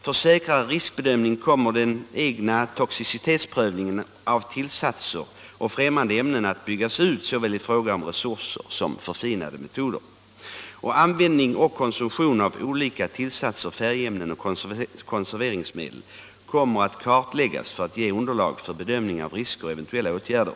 För säkrare riskbedömning kommer den egna toxicitetsprövningen av tillsatser och fftämmande ämnen att byggas ut såväl i fråga om resurser som förfinade metoder. Användning och konsumtion av olika tillsatser, färgämnen och konserveringsmedel kommer att kart läggas för att ge underlag för bedömning av risker och eventuella åtgärder.